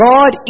God